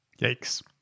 Yikes